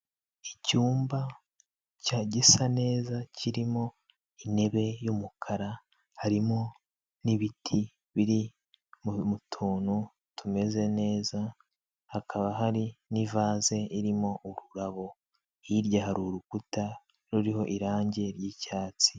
Icyumba gisa neza kirimo intebe y'umukara, harimo n'ibiti biri mu tuntu tumeze neza hakaba hari n'ivaze irimo ururabo. Hirya hari urukuta ruriho irange ry'icyatsi.